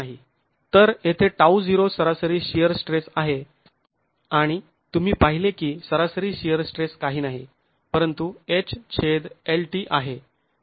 तर येथे τ0 सरासरी शिअर स्ट्रेस आहे आणि तुम्ही पाहिले की सरासरी शिअर स्ट्रेस काही नाही परंतु Hlt आहे